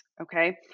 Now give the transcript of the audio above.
okay